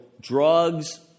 drugs